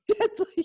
deadly